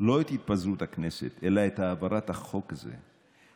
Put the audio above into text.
לא את התפזרות הכנסת אלא את העברת החוק הזה.